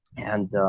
and